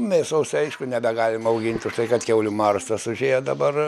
mėsos aišku nebegalim augint už tai kad kiaulių maras tas užėjo dabar